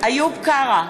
איוב קרא,